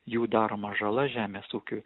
jų daroma žala žemės ūkiui